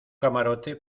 camarote